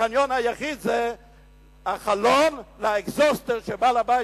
החלון היחיד זה חלון לאגזוז של בעל הבית